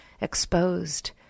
exposed